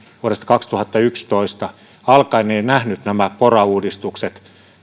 vuodesta kaksituhattayksitoista alkaen ja nähnyt nämä pora uudistukset